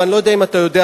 ואני לא יודע אם אתה יודע,